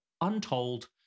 Untold